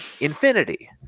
infinity